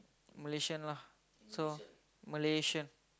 Malaysian lah so Malaysian